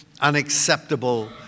unacceptable